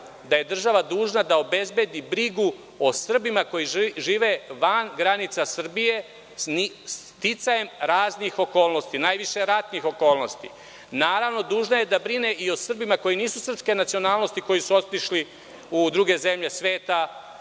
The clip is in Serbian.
da je država dužna da obezbedi brigu o Srbima koji žive van granica Srbije, sticajem raznih okolnosti, najviše ratnih okolnosti. Naravno, dužna je da brine i o Srbima koji nisu srpske nacionalnosti, koji su otišli u druge zemlje sveta